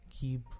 keep